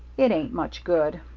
it ain't much good.